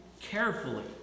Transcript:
carefully